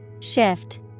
Shift